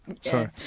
sorry